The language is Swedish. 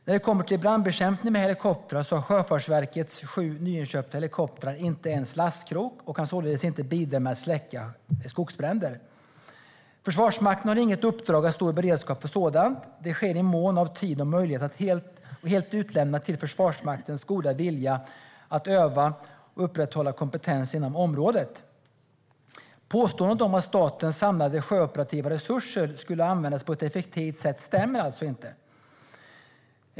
När det kommer till brandbekämpning med helikopter har Sjöfartsverkets sju nyinköpta helikoptrar inte ens lastkrok och kan således inte bidra med att släcka skogsbränder. Försvarsmakten har inget uppdrag att stå i beredskap för sådant. Det sker i mån av tid och möjlighet och är helt utlämnat till Försvarsmaktens goda vilja att öva och upprätthålla kompetens inom området. Påståendet att statens samlade sjöoperativa resurser skulle användas på ett effektivt sätt stämmer alltså inte.